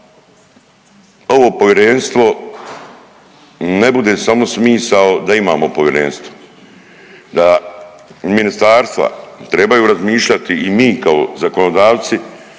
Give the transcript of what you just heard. ovo povjerenstvo ne bude samo smisao da imamo povjerenstvo, da ministarstva trebaju razmišljati i mi kao zakonodavci